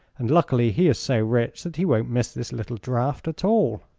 and luckily he is so rich that he won't miss this little draft at all.